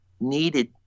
needed